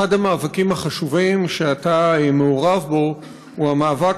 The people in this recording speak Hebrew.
אחד המאבקים החשובים שאתה מעורב בהם הוא המאבק